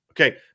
Okay